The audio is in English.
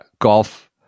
golf